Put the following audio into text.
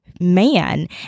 man